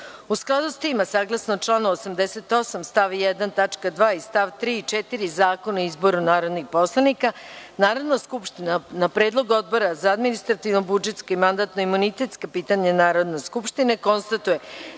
skladu s tim, a saglasno članu 88. stav 1. tačka 2. i st. 3. i 4. Zakona o izboru narodnih poslanika, Narodna skupština na predlog Odbora za administrativno-budžetska i mandatno-imunitetska pitanja Narodne skupštine konstatuje